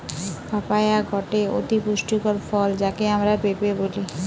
papaya গটে অতি পুষ্টিকর ফল যাকে আমরা পেঁপে বলি